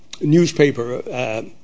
newspaper